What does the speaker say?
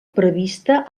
prevista